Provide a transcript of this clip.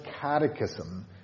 catechism